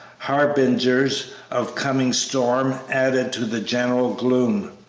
harbingers of coming storm, added to the general gloom.